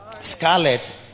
scarlet